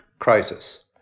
Crisis